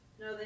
No